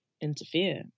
interfere